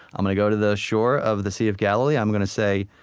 i'm going to go to the shore of the sea of galilee. i'm going to say,